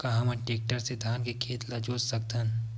का हमन टेक्टर से धान के खेत ल जोत सकथन?